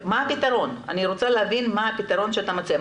מה הפתרון שאתה מציע?